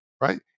right